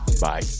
Bye